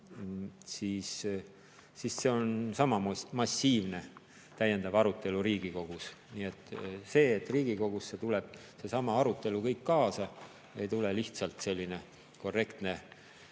Siis oli sama massiivne täiendav arutelu Riigikogus. Nii et see, et Riigikogusse tuleb kogu arutelu kaasa, ei ole lihtsalt selline korrektne